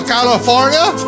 California